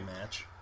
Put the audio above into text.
match